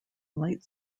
light